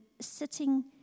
sitting